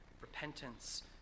repentance